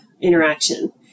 interaction